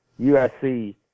USC